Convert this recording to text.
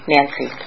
Nancy